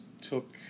took